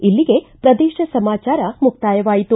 ಇಲ್ಲಿಗೆ ಪ್ರದೇಶ ಸಮಾಚಾರ ಮುಕ್ತಾಯವಾಯಿತು